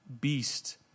beast